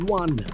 one